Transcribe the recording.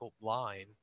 line